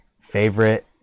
Favorite